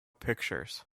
pictures